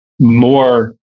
more